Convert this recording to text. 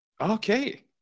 Okay